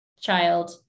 child